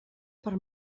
per